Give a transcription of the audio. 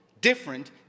different